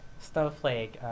Snowflake